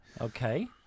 Okay